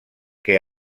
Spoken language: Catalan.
que